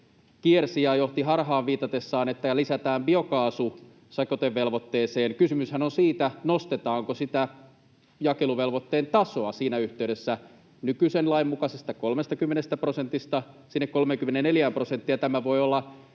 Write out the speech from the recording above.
kiersi ja johti harhaan viitatessaan, että lisätään biokaasu sekoitevelvoitteeseen. Kysymyshän on siitä, nostetaanko sitä jakeluvelvoitteen tasoa siinä yhteydessä nykyisen lain mukaisesta 30 prosentista sinne 34 prosenttiin. Ja tämä voi olla